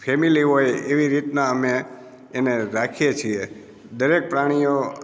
family હોય એવી રીતના અમે એને રાખીએ છીએ દરેક પ્રાણીઓ